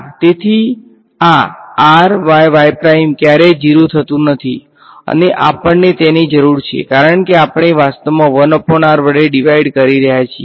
તેથી આ ક્યારેય 0 થતું નથી અને આપણને તેની જરૂર છે કારણ કે આપણે વાસ્તવમાં વડે ડીવાઈડ કરી રહ્યા છીએ